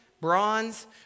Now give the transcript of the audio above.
bronze